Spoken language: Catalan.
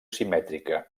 simètrica